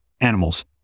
animals